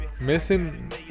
Missing